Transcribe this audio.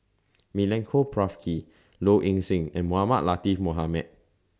Milenko Prvacki Low Ing Sing and Mohamed Latiff Mohamed